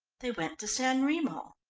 they went to san remo.